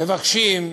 מבקשים,